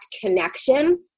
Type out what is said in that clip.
connection